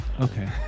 Okay